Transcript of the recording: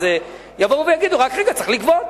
אז יבואו ויגידו: רק רגע, צריך לגבות.